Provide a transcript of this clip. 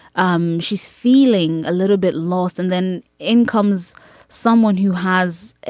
um she's feeling a little bit lost. and then income's someone who has,